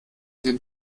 den